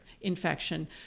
infection